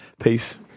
Peace